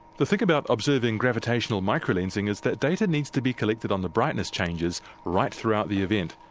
the thing about observing gravitational microlensing is that data needs to be collected on the brightness changes right throughout the event.